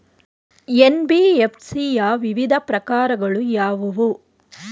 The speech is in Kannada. ಎನ್.ಬಿ.ಎಫ್.ಸಿ ಯ ವಿವಿಧ ಪ್ರಕಾರಗಳು ಯಾವುವು?